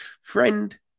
Friend